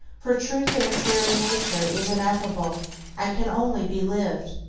for truth in its very nature is ineffable and can only be lived.